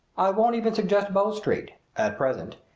i won't even suggest bow street at present.